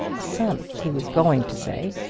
son, he was going to say,